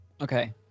Okay